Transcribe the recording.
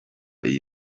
iyi